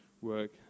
work